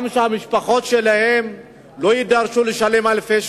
וגם שהמשפחות שלהם לא יידרשו לשלם אלפי שקלים.